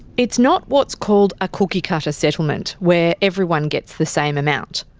it's not what is called a cookie-cutter settlement, where everyone gets the same amount.